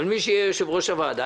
אבל מי שיהיה יושב-ראש הוועדה,